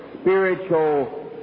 spiritual